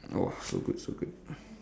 !wah! so good so good